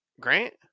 Grant